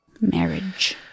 Marriage